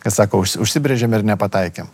kai sako užsi užsibrėžėm ir nepataikėm